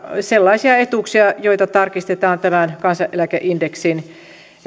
sellaisia etuuksia joita tarkistetaan kansaneläkeindeksin